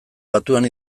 batuan